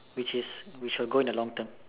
which is which will go in a long term